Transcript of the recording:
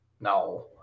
No